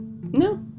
No